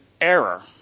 error